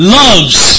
loves